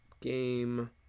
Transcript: game